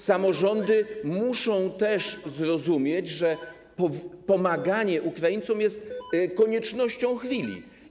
Samorządy muszą też zrozumieć, że pomaganie Ukraińcom jest koniecznością chwili.